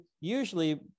usually